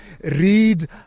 read